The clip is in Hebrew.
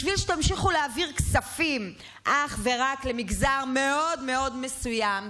בשביל שתמשיכו להעביר כספים אך ורק למגזר מאוד מאוד מסוים,